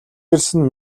ирсэн